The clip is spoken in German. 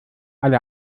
alle